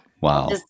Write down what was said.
Wow